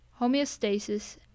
homeostasis